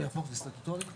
אם הוא יהפוך לסטטוטורי, כן.